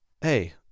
hey